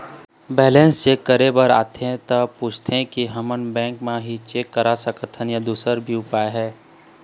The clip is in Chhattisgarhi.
बैलेंस चेक करे बर आथे ता पूछथें की हमन बैंक मा ही चेक करा सकथन या दुसर भी उपाय हे?